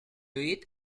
eat